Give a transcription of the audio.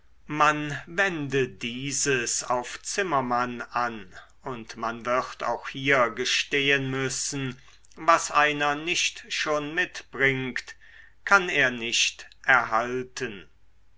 man wende dieses auf zimmermann an und man wird auch hier gestehen müssen was einer nicht schon mitbringt kann er nicht erhalten